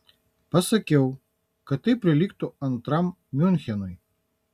pasakiau kad tai prilygtų antram miunchenui